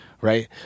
right